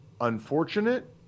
unfortunate